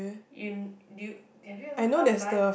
in do you have you ever passed by